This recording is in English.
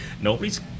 nobody's